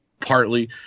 partly